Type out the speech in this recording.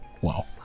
Wow